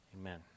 Amen